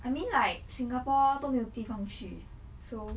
I mean like singapore 都没有地方去 so